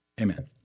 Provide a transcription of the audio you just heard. Amen